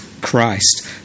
Christ